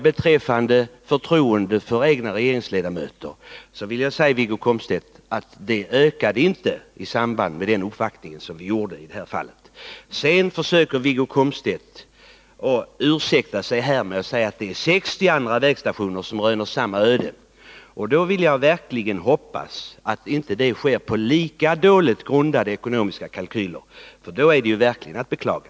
Beträffande förtroendet för egna regeringsledamöter vill jag säga Wiggo Komstedt att det inte ökade i samband med den uppvaktning vi gjorde. Wiggo Komstedt ursäktade sig här med att 60 andra vägstationer röner samma öde. Jag vill då verkligen hoppas att det inte sker på lika dåligt grundade ekonomiska kalkyler — då är det verkligen att beklaga.